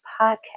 Podcast